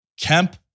Kemp